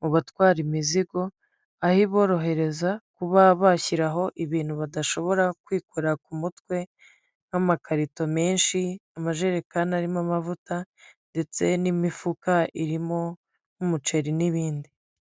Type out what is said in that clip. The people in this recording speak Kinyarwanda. mu batwara imizigo, aho iborohereza kuba bashyiraho ibintu badashobora kwikorera ku mutwe, nk'amakarito menshi, amajerekani arimo amavuta ndetse n'imifuka irimo nk'umuceri n'ibindi.